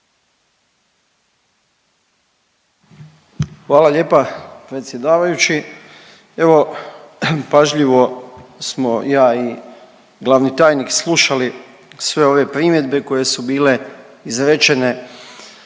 Hvala lijepa predsjedavajući. Evo pažljivo smo ja i glavni tajnik slušali sve ove primjedbe koje su bile izrečene